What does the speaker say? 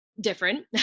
different